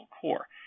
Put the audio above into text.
core